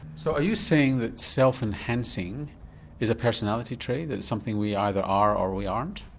so are you saying that self-enhancing is a personality trait, that it's something we either are or we aren't?